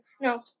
No